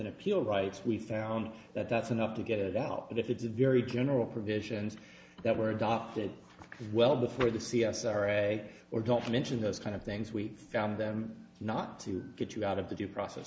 in appeal rights we found that that's enough to get it out but if it's a very general provisions that were adopted well before the c s r a or don't mention those kind of things we found them not to get you out of the due process